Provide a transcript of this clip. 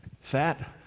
Fat